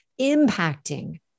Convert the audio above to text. impacting